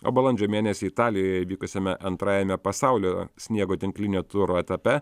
o balandžio mėnesį italijoje vykusiame antrajame pasaulio sniego tinklinio turo etape